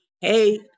Hey